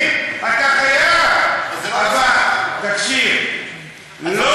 זה לא נוסח החוק.